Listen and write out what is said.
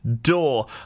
Door